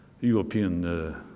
European